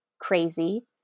crazy